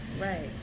right